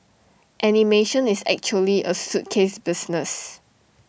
animation is actually A suitcase business